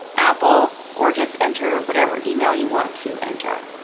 apple, or just enter whatever email you want to enter.